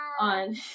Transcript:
on